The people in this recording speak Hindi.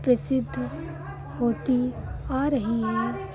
प्रसिद्ध होती आ रही है